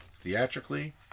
theatrically